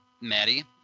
Maddie